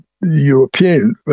European